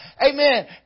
amen